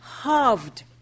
halved